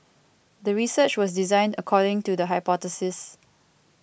the research was designed according to the hypothesis